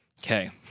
Okay